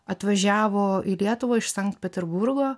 atvažiavo į lietuvą iš sankt peterburgo